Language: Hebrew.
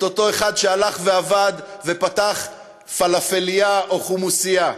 את אותו אחד שהלך ועבד ופתח פלאפלייה או חומוסייה.